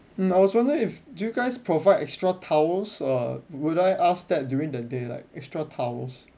mm I was wondering if you guys provide extra towels or would I ask that during the day like extra towels